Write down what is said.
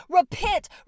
Repent